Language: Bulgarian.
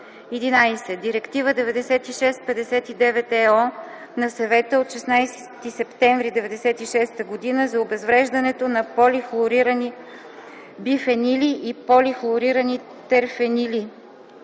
11. Директива 96/59/ ЕО на Съвета от 16 септември 1996 г. за обезвреждането на полихлорирани бифенили и полихлорирани терфенили